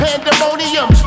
Pandemonium